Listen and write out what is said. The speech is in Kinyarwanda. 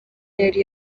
yari